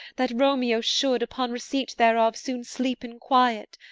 that romeo should, upon receipt thereof, soon sleep in quiet.